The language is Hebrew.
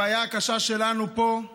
הבעיה הקשה שלנו פה היא